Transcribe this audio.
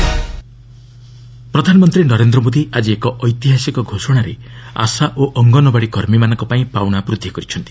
PM nutrition ପ୍ରଧାନମନ୍ତ୍ରୀ ନରେନ୍ଦ୍ର ମୋଦି ଆଜି ଏକ ଐତିହାସିକ ଘୋଷଣାରେ ଆଶା ଓ ଅଙ୍ଗନବାଡ଼ି କର୍ମୀମାନଙ୍କ ପାଇଁ ପାଉଣା ବୃଦ୍ଧି କରିଛନ୍ତି